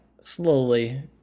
slowly